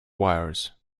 wires